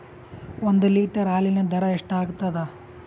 ಒಂದ್ ಲೀಟರ್ ಹಾಲಿನ ದರ ಎಷ್ಟ್ ಆಗತದ?